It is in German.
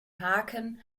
haken